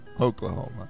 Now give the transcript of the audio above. Oklahoma